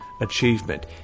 achievement